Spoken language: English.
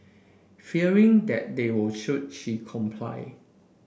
fearing that they would shoot she complied